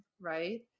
Right